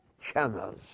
channels